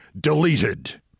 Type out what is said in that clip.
deleted